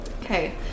Okay